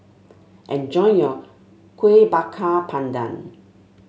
enjoy your Kueh Bakar Pandan